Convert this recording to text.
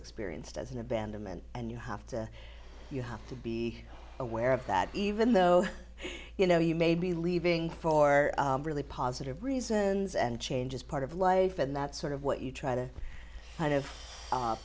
experienced as an abandonment and you have to you have to be aware of that even though you know you may be leaving for really positive reasons and change is part of life and that sort of what you try to kind of